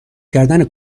کردن